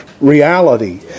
reality